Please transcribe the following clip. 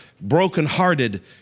brokenhearted